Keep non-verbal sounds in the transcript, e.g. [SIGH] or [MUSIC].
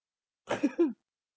[LAUGHS]